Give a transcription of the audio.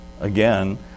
Again